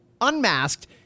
unmasked